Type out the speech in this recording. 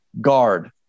guard